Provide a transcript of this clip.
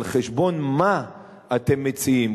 על חשבון מה אתם מציעים?